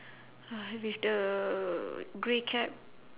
uh with the grey cap